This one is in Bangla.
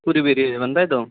পুরী বেড়িয়ে যাবেন তাই তো